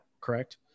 correct